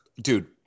dude